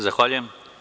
Zahvaljujem.